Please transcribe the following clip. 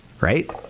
Right